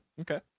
Okay